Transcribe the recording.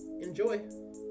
Enjoy